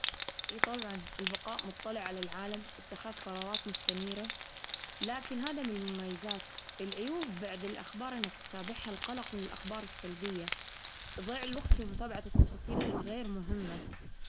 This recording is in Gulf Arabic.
إيه، طبعا، البقاء مطلع على العالم اتخاذ قرارات مستنيرة، لكن هذا من مميزات، العيوب بعد الأخبار إنك تتابعها القلق من الأخبار السلبية، تظيع الوقت في متابعة التفاصيل الغير مهمة.